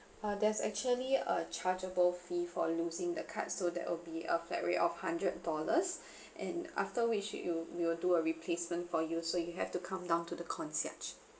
ah there's actually a chargeable fee for losing the card so that will be a flat rate of hundred dollars and after which you we will do a replacement for you so you have to come down to the concierge